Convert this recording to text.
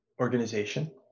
organization